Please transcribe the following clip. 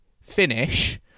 finish